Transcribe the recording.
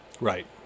Right